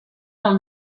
del